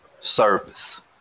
service